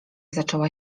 zaczęła